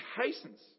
hastens